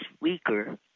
weaker